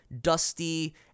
dusty